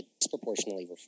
disproportionately